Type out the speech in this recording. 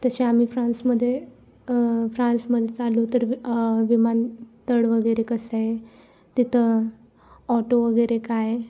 तसे आम्ही फ्रान्समध्ये फ्रान्समध्ये चाललो तर विमानतळ वगैरे कसं आहे तिथं ऑटो वगैरे काय